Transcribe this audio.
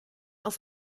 auf